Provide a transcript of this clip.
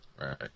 Right